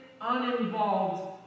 uninvolved